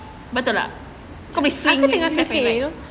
betul kau bising